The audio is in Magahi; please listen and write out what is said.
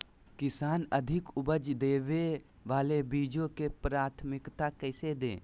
किसान अधिक उपज देवे वाले बीजों के प्राथमिकता कैसे दे?